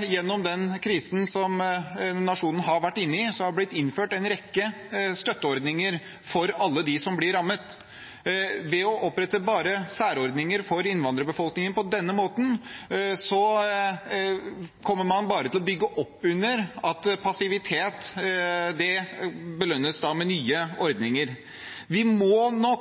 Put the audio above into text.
Gjennom den krisen som nasjonen har vært inne i, har det blitt innført en rekke støtteordninger for alle dem som blir rammet. Ved å opprette særordninger for bare innvandrerbefolkningen på denne måten, kommer man bare til å bygge opp under at passivitet belønnes med nye ordninger. I Norge må